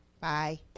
Bye